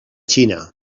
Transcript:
xina